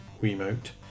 remote